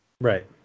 Right